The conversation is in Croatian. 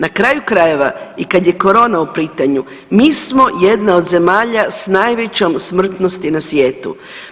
Na kraju krajeva i kad je corona u pitanju mi smo jedna od zemalja sa najvećom smrtnosti na svijetu.